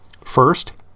First